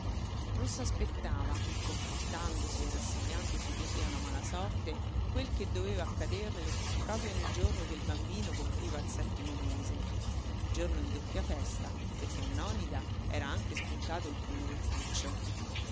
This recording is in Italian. pazienza non s'aspettava confortandosi e rassegnandosi così alla mala sorte quel che doveva accaderle proprio nel giorno che il bambino compiva il settimo mese giorno di doppia festa perché a nònida era anche spuntato il primo